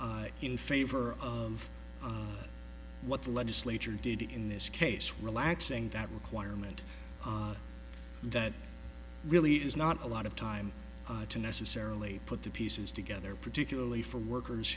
s in favor of what the legislature did in this case relaxing that requirement that really is not a lot of time to necessarily put the pieces together particularly for workers